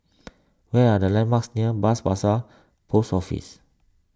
where are the landmarks near Bras Basah Post Office